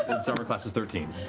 its armor class is thirteen.